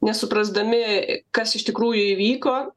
nesuprasdami kas iš tikrųjų įvyko